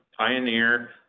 Pioneer